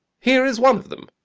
here is one of them.